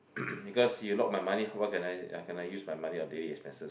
because you lock my money what can I can I use my money on daily expenses